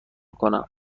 کنم